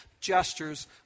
gestures